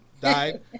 died